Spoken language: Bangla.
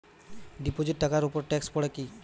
ডিপোজিট টাকার উপর ট্যেক্স পড়ে কি?